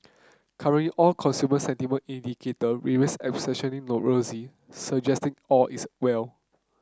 currently all consumer sentiment indicator remain exceptionally rosy suggesting all is well